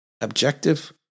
Objective